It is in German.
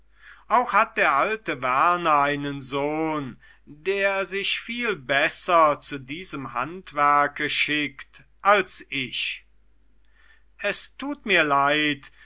auch hat der alte werner einen sohn der sich viel besser zu diesem handwerke schickt als ich es tut mir leid